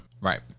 right